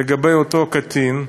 לגבי אותו קטין,